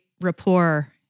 rapport